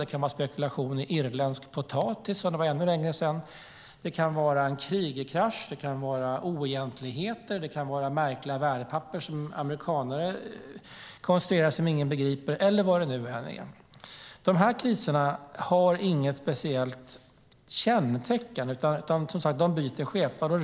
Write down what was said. Det kan vara spekulation i irländsk potatis, som det var för ännu längre sedan. Det kan vara en Krügerkrasch, det kan vara oegentligheter, det kan vara märkliga värdepapper som amerikaner konstruerar som ingen begriper eller vad det än är. De kriserna har inget speciellt kännetecken, utan de byter skepnad.